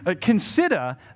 consider